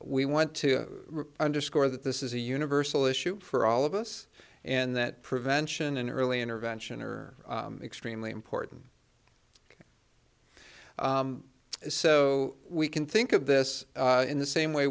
we went to underscore that this is a universal issue for all of us and that prevention and early intervention are extremely important so we can think of this in the same way